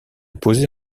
poser